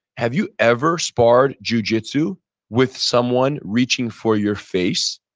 have you ever sparred jujitsu with someone reaching for your face?